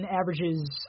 averages